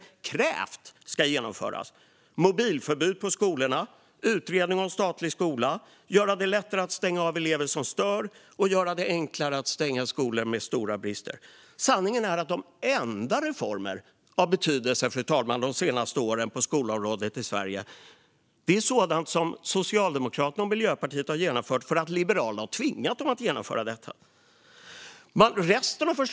Det har handlat om förslag på mobilförbud på skolorna och en utredning om statlig skola samt om förslag på att göra det lättare att stänga av elever som stör och att göra det enklare att stänga skolor med stora brister. Sanningen är, fru talman, att de enda reformerna av betydelse på skolområdet i Sverige de senaste åren är sådana som Socialdemokraterna och Miljöpartiet har genomfört därför att Liberalerna har tvingat dem att genomföra dem.